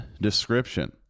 description